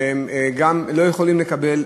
והם לא יכולים לקבל,